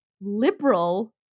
liberal